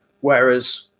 Whereas